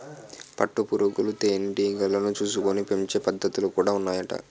పట్టు పురుగులు తేనె టీగలను చూసుకొని పెంచే పద్ధతులు కూడా ఉన్నాయట